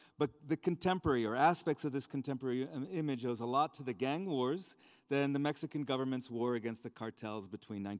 but the contemporary, or aspects of this contemporary um image, owes a lot to the gang wars than the mexican government's war against the cartels between